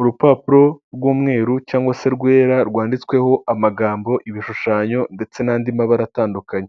Urupapuro rw'umweru cyangwa se rwera rwanditsweho amagambo ibishushanyo ndetse n'andi mabara atandukanye,